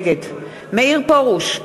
נגד מאיר פרוש,